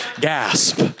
Gasp